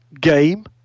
game